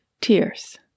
Tears